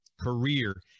career